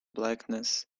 blackness